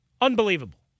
Unbelievable